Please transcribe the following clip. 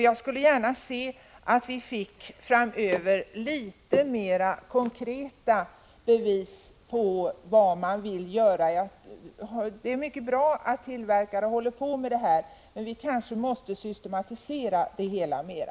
Jag skulle gärna se att vi framöver får litet mera konkreta bevis på vad man vill göra. Det är mycket bra att tillverkare arbetar med små vindkraftverk, men vi kanske måste systematisera det hela mera.